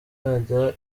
yajya